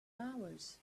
hours